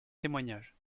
témoignage